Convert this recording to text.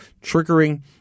triggering